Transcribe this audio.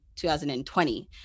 2020